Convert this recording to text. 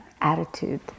attitude